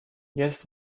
jetzt